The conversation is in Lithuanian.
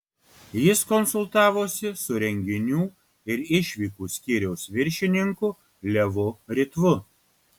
jis konsultavosi su renginių ir išvykų skyriaus viršininku levu ritvu